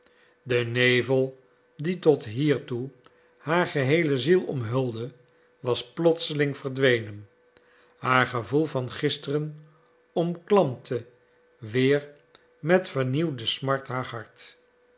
de nevel die tot hiertoe haar geheele ziel omhulde was plotseling verdwenen haar gevoel van gisteren omklampte weer met vernieuwde smart haar hart